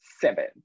seven